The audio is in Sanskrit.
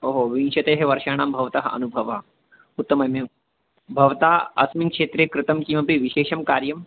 ओ हो विंशतेः वर्षाणां भवतः अनुभवः उत्तममेव भवता अस्मिन् क्षेत्रे कृतं किमपि विशेषं कार्यं